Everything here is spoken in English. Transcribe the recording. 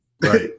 right